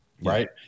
right